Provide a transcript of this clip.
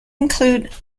include